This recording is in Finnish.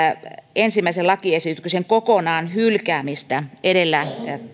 ensimmäisen lakiesityksen kokonaan hylkäämistä edellä